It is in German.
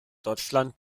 deutschland